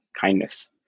kindness